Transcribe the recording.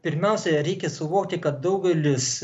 pirmiausia reikia suvokti kad daugelis